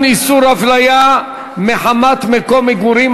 איסור הפליה מחמת מקום מגורים),